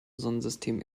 sonnensystem